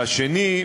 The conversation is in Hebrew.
השני,